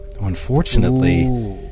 Unfortunately